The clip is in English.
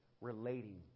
relating